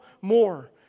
more